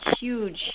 huge